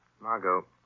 Margot